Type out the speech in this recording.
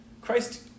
Christ